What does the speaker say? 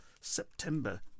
September